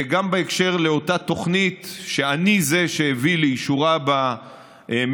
זה גם בהקשר לאותה תוכנית שאני זה שהביא לאישורה בממשלה.